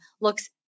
looks